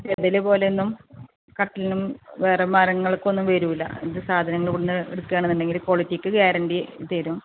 ചിതൽ പോലെ ഒന്നും കട്ടലിനും വേറെ മരങ്ങൾക്കൊന്നും വരില്ല ഇത് സാധനങ്ങൾ കൊണ്ട് എടുക്കുകയാണെന്ന് ഉണ്ടെങ്കിൽ ക്വാളിറ്റിക്ക് ഗ്യാരൻണ്ടി തരും